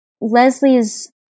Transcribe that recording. Leslie's